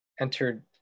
entered